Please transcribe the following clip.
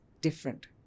different